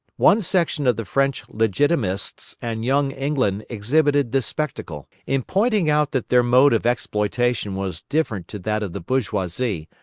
one section of the french legitimists and young england exhibited this spectacle. in pointing out that their mode of exploitation was different to that of the bourgeoisie,